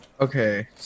Okay